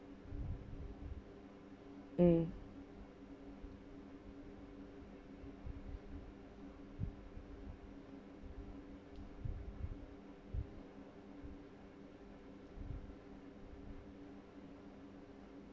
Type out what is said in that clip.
mm